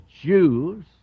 Jews